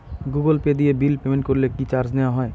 Google pay দিয়ে bill payment করলে কি চার্জ নেওয়া হয়?